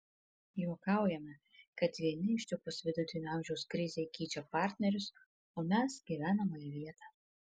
juokaujame kad vieni ištikus vidutinio amžiaus krizei keičia partnerius o mes gyvenamąją vietą